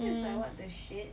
mm